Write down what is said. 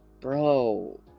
bro